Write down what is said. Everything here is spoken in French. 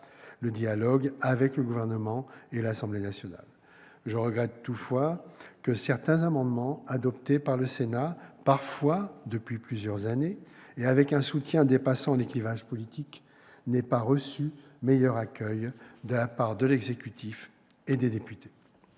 le dialogue avec le Gouvernement et l'Assemblée nationale. Je regrette toutefois que certains amendements adoptés par le Sénat, parfois depuis plusieurs années et avec un soutien dépassant les clivages politiques, n'aient pas reçu meilleur accueil de la part de l'exécutif et des députés.